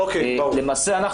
למעשה,